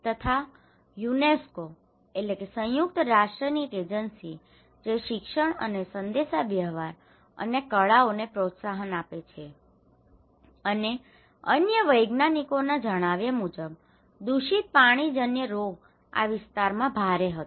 તથા UNESCO UNESCO સંયુક્ત રાષ્ટ્રની એક એજન્સી જે શિક્ષણ અને સંદેશાવ્યવહાર અને કળાઓને પ્રોત્સાહન આપે છે અને અન્ય વૈજ્ઞાનિકોના જણાવ્યા મુજબ દૂષિત પાણીજન્ય રોગ આ વિસ્તારમાં ભારે હતો